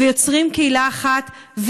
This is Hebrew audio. ויוצרים קהילה אחת.